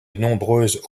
nombreuses